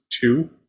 two